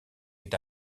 est